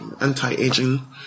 Anti-aging